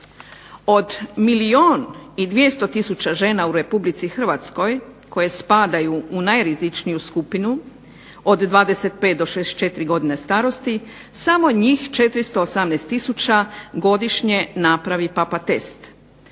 Od milijun i 200 tisuća žena u Republici Hrvatskoj, koje spadaju u najrizičniju skupinu, od 25 do 64 godine starosti, samo njih 418 tisuća godišnje napravi papa test.